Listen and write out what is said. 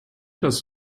das